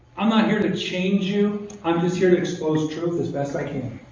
i'm not here to change you i'm just here to expose truth, as best i can.